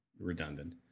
redundant